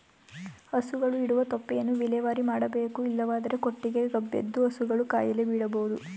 ಹಸುಗಳು ಇಡುವ ತೊಪ್ಪೆಯನ್ನು ವಿಲೇವಾರಿ ಮಾಡಬೇಕು ಇಲ್ಲವಾದರೆ ಕೊಟ್ಟಿಗೆ ಗಬ್ಬೆದ್ದು ಹಸುಗಳು ಕಾಯಿಲೆ ಬೀಳಬೋದು